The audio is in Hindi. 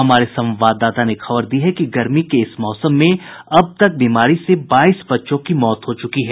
हमारे संवाददाता ने खबर दी है कि गर्मी के इस मौसम में अब तक इस बीमारी से बाईस बच्चों की मौत हो चुकी है